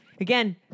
Again